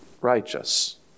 righteous